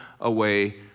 away